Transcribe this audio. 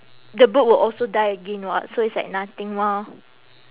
the bird will also die again [what] so it's like nothing mah